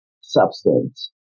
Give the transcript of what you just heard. substance